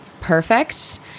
perfect